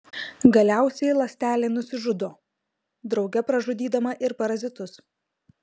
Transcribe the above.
galiausiai ląstelė nusižudo drauge pražudydama ir parazitus